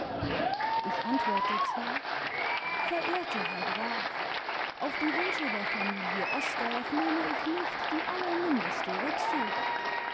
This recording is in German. ich antwortete verehrter herr graf auf die wünsche der familie osdorff nehme ich nicht die allermindeste rücksicht